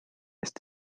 ist